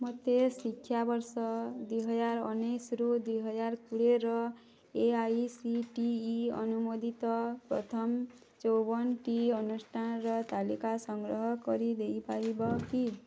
ମୋତେ ଶିକ୍ଷାବର୍ଷ ଦୁଇହଜାର ଉନେଇଶରୁ ଦୁଇହଜାର କୋଡ଼ିଏର A I C T E ଅନୁମୋଦିତ ପ୍ରଥମ ଚଉବନଟି ଅନୁଷ୍ଠାନର ତାଲିକା ସଂଗ୍ରହ କରି ଦେଇପାରିବ କି